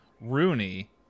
Rooney